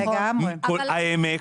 העמק,